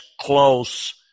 close